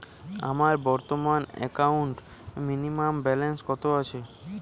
আমার বর্তমান একাউন্টে মিনিমাম ব্যালেন্স কত আছে?